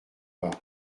pas